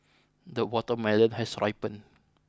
the watermelon has ripened